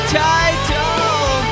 title